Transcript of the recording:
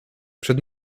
przed